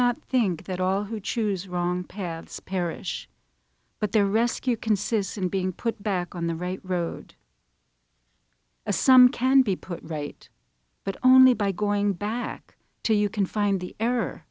not think that all who choose wrong paths perish but their rescue consists in being put back on the right road a sum can be put right but only by going back to you can find the